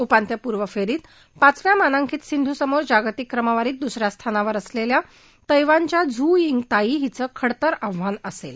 उपांत्यपूर्व फेरीत पाचव्या मानांकित सिंधू समोर जागतिक क्रमवारीत दुसऱ्या स्थानावर असलेल्या तैवानच्या झू यिंग ताई हिचं खडतर आव्हान असेल